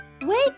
Wake